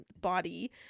body